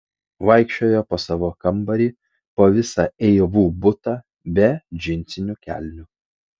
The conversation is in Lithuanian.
vaikščiojo po savo kambarį po visą eivų butą be džinsinių kelnių